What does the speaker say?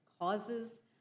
causes